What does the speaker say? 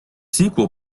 sequel